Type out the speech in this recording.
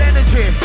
Energy